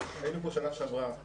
היינו פה בשנה שעברה כולנו.